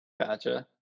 Gotcha